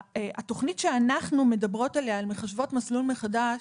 התוכנית שאנחנו מדברות עליה "מחשבות מסלול מחדש",